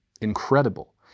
incredible